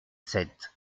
sept